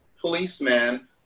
policeman